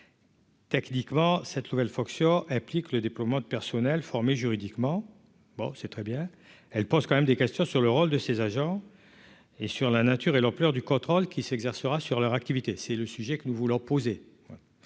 Techniquement, cette nouvelle fonction implique le déploiement de personnels formés juridiquement, bon c'est très bien, elle pose quand même des questions sur le rôle de ces agents et sur la nature et l'ampleur du contrôle qui s'exercera sur leur activité, c'est le sujet que nous voulons poser.